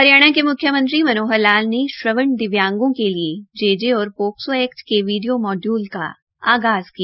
हरियाणा के म्ख्यमंत्री मनोहर लाल ने श्रवण दिव्यांगों के लिए जे जे और पोस्को एक्ट के वीडियो मॉड्यूल का आगाज़ किया